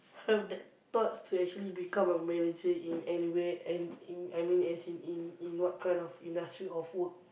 have that thoughts to actually become a manager in any way and in I mean as in in in what kind of industry of work